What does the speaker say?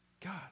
God